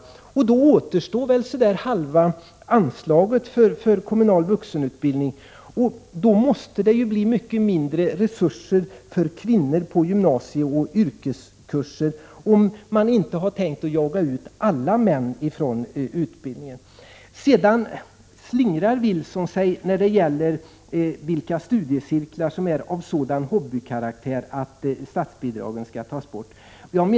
Då återstår ungefär halva anslaget för kommunal vuxenutbildning. Det måste innebära att det blir mycket mindre resurser för kvinnor på gymnasieoch yrkeskurser, om man inte tänker jaga ut alla män från kurserna. Carl-Johan Wilson slingrar sig när det gäller vilka studiecirklar som är av sådan hobbykaraktär att statsbidragen skall tas bort.